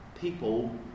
people